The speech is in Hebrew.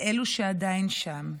לאלו שעדיין שם: